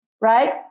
right